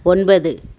ஒன்பது